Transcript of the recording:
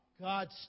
God's